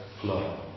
flow